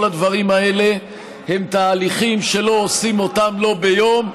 כל הדברים האלה הם תהליכים שלא עושים אותם לא ביום,